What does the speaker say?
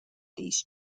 these